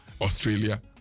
Australia